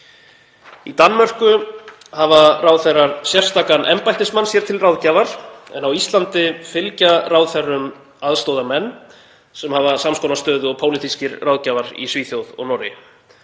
Í Danmörku hafa ráðherrar sérstakan embættismann sér til ráðgjafar en á Íslandi fylgja ráðherrum aðstoðarmenn sem hafa sams konar stöðu og pólitískir ráðgjafar í Svíþjóð og Noregi.